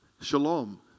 Shalom